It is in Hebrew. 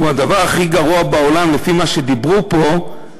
שהוא הדבר הכי גרוע בעולם לפי מה שדיברו פה,